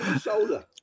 shoulder